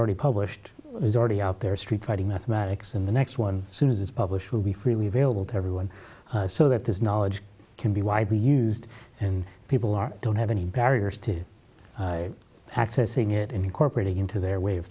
already published is already out there street fighting mathematics in the next one soon as it's published will be freely available to everyone so that this knowledge can be widely used and people are don't have any barriers to accessing it incorporating into their way of